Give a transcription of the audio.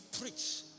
preach